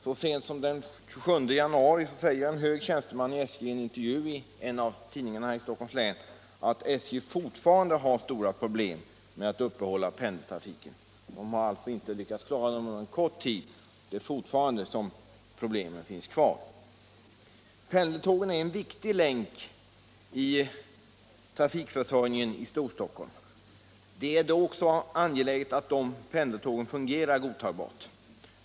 Så sent som den 27 januari säger en hög tjänsteman i SJ i en intervju i en av tidningarna i Stockholms län att SJ fortfarande har stora problem med att uppehålla pendeltrafiken. Det är alltså inte bara under en kort tid man inte har lyckats klara trafiken, utan problemen finns ännu kvar. Pendeltågen är en viktig länk i trafikförsörjningen i Storstockholm. Det är då också angeläget att de fungerar godtagbart.